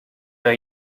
are